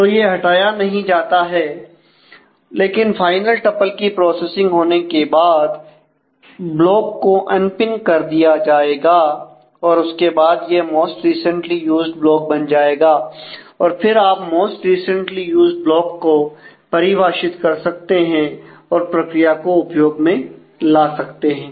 तो यह हटाया नहीं जाता है लेकिन फाइनल टप्पल की प्रोसेसिंग होने के बाद ब्लॉक को अनपीन ब्लॉक बन जाएगा और फिर आप मोस्ट रिसेंटली यूज्ड ब्लॉक को परिभाषित कर सकते हैं और प्रक्रिया को उपयोग में ला सकते हैं